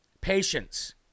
patience